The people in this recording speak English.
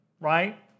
right